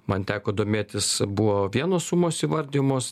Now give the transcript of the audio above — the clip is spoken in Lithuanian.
man teko domėtis buvo vienos sumos įvardijamos